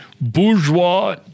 bourgeois